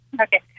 Okay